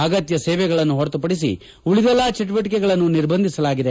ಅಗತ್ಯ ಸೇವೆಗಳನ್ನು ಹೊರತುಪಡಿಸಿ ಉಳಿದೆಲ್ಲ ಚಟುವಟಿಕೆಗಳನ್ನು ನಿರ್ಬಂಧಿಸಲಾಗಿದೆ